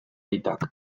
aitak